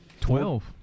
Twelve